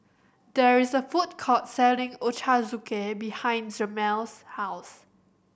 there is a food court selling Ochazuke behind Jameel's house